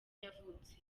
yavutse